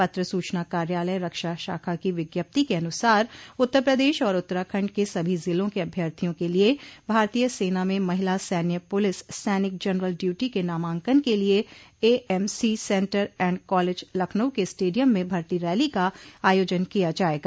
पत्र सूचना कार्यालय रक्षा शाखा की विज्ञप्ति के अनुसार उत्तर प्रदेश और उत्तराखंड के सभी जिलों के अभ्यर्थियों के लिये भारतीय सेना में महिला सैन्य पुलिस सैनिक जनरल ड्यूटी के नामांकन के लिये AMC centre and college Lucknow के स्टेडियम में भर्ती रैली का आयोजन किया जायेगा